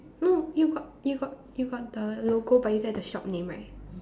no you got you got you got the logo but you don't have the shop name right